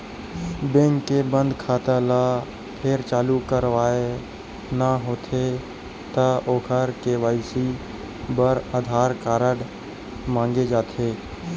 bank के बंद खाता ल फेर चालू करवाना होथे त ओखर के.वाई.सी बर आधार कारड मांगे जाथे